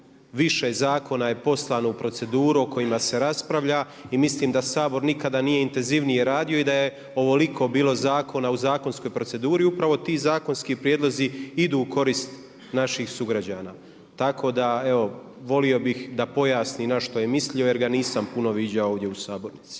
više zakona je poslano u proceduru o kojima se raspravlja i mislim da Sabor nikada nije intenzivnije radio i da je ovoliko bilo zakona u zakonskoj proceduri. Upravo ti zakonski prijedlozi idu u korist naših sugrađana. Tako da evo volio bih da pojasni na što je mislio jer ga nisam puno viđao ovdje u sabornici.